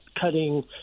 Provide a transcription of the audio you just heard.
cutting